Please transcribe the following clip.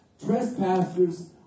Trespassers